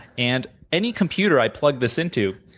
and any computer i plug this into,